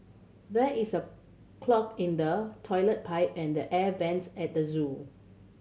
there is a clog in the toilet pipe and the air vents at the zoo